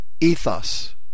ethos